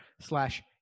slash